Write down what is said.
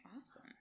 Awesome